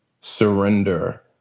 surrender